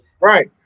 Right